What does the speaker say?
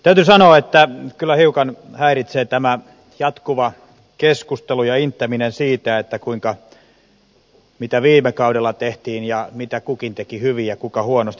täytyy sanoa että kyllä hiukan häiritsee tämä jatkuva keskustelu ja inttäminen siitä mitä viime kaudella tehtiin ja mitä kukin teki hyvin ja kuka huonosti